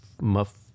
muff